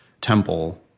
Temple